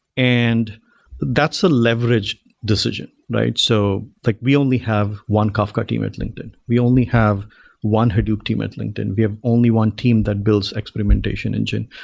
and that's a leverage decision, right? so like we only have one kafka team at linkedin. we only have one hadoop team at linkedin. we have only one team that builds experimentation engine.